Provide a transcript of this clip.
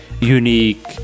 unique